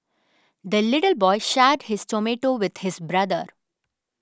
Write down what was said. the little boy shared his tomato with his brother